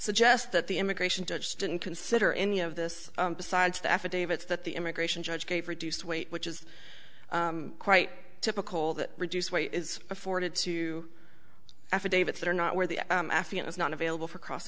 suggest that the immigration judge didn't consider any of this besides the affidavits that the immigration judge gave reduced weight which is quite typical that reduced weight is afforded to affidavits that are not where the affiant is not available for cross